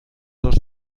dos